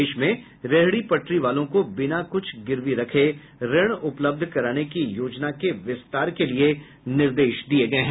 देश में रेहडी पटरी वालों को बिना कुछ गिरवी रखे ऋण उपलब्ध कराने की योजना के विस्तार के लिए यह निर्देश दिये गये हैं